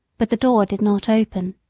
but the door did not open.